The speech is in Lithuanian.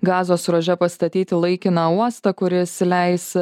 gazos ruože pastatyti laikiną uostą kuris leis